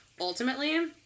ultimately